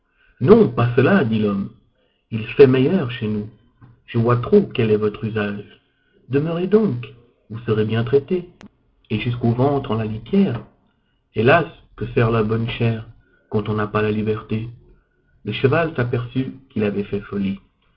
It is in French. non pas cela dit l'homme il fait meilleur chez nous je vois trop quel est votre usage demeurez donc vous serez bien traité et jusqu'au ventre en la litière hélas que sert la bonne chère quand on n'a pas la liberté le cheval s'aperçut qu'il avait fait folie